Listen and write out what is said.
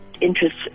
interest